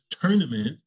tournament